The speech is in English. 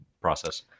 process